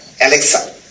Alexa